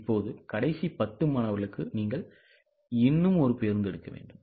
இப்போது கடைசி 10 மாணவர்களுக்கு நீங்கள் இன்னும் ஒரு பேருந்து எடுக்க வேண்டும்